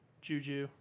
Juju